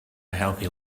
healthy